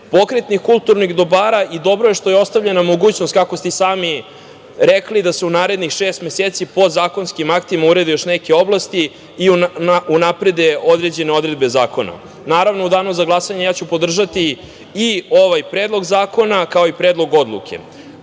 pokretnih kulturnih dobara. Dobro je što je ostavljena mogućnost, kako ste i sami rekli, da se u narednih šest meseci podzakonskim aktima urede još neke oblasti, i unaprede određene odredbe zakona. Naravno, u danu za glasanje podržaću i ovaj Predlog zakona, kao i Predlog odluke. Druga